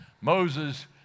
Moses